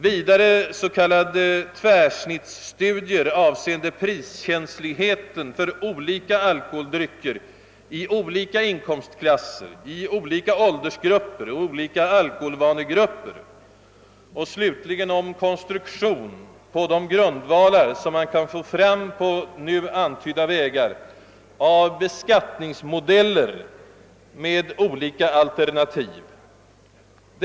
Vidare avses s.k. tvärsnittsstudier beträffande priskänsligheten för olika alkoholdrycker i olika inkomstklasser, i olika åldersgrupper och i olika alkoholvanegrupper. Slutligen avser man självfallet att undersökningarna även skall omfatta frågan om konstruktionen av beskattningsmodeller med olika alternativ på de grundvalar, som man kan få fram på nu antydda vägar.